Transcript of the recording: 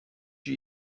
you